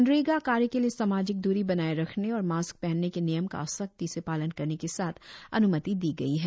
मनरेगा कार्य के लिए सामाजिक दूरी बनाये रखने और मास्क पहनने के नियम का सख्ती से पालन करने के साथ अन्मति दी गई है